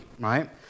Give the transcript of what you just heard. right